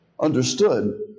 understood